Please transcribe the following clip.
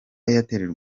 airtel